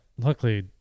luckily